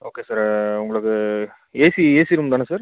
okay sir உங்களுக்கு AC AC room தானே sir